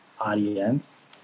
audience